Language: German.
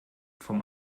vom